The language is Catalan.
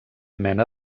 mena